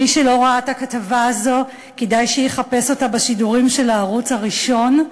מי שלא ראה את הכתבה הזאת כדאי שיחפש אותה בשידורים של הערוץ הראשון,